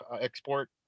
export